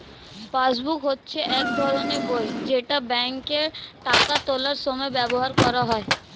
passbook হচ্ছে এক ধরনের বই যেটা ব্যাংকে টাকা তোলার সময় ব্যবহার করা হয়